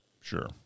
Sure